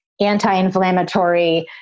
anti-inflammatory